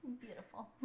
Beautiful